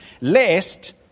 lest